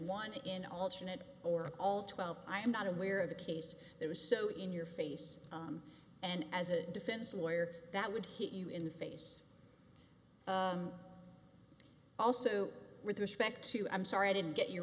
one in alternate or all twelve i am not aware of the case that was so in your face and as a defense lawyer that would heat you in the face also with respect to i'm sorry i didn't get you